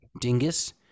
Dingus